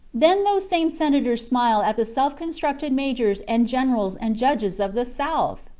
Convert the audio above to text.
then those same senators smile at the self-constructed majors and generals and judges of the south!